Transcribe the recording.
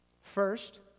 First